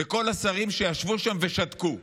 לכל השרים שישבו שם ושתקו.